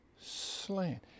slain